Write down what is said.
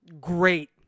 great